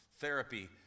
therapy